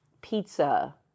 pizza